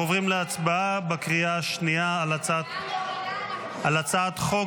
אנחנו עוברים להצבעה בקריאה השנייה על הצעת חוק